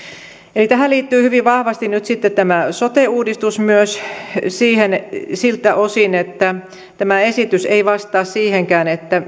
tähän liittyy hyvin vahvasti nyt sitten tämä sote uudistus myös siltä osin että tämä esitys ei vastaa siihenkään